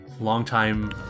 longtime